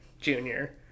Junior